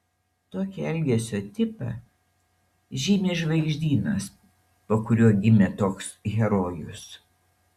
tokį elgesio tipą žymi žvaigždynas po kuriuo gimė toks herojus